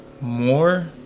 more